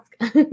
ask